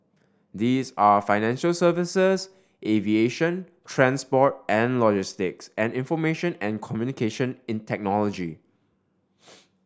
these are financial services aviation transport and logistics and information and communication in technology